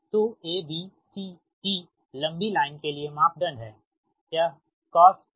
तो A B C D लंबी line के लिए मापदंड है यह cosh γl है